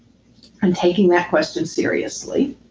and taking that question seriously.